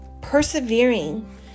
persevering